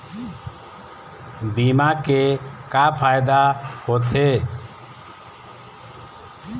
बीमा के का फायदा होते?